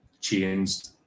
changed